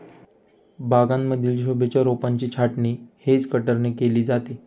बागांमधील शोभेच्या रोपांची छाटणी हेज कटरने केली जाते